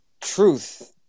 truth